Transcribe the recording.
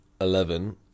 Eleven